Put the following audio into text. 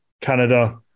Canada